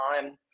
time